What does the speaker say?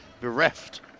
bereft